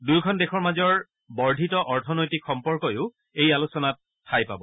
দুয়োখন দেশৰ মাজৰ বৰ্ধিত অৰ্থনৈতিক সম্পৰ্কয়ো এই আচোলনাত ঠাই পাব